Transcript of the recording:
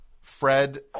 Fred